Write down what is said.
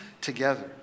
together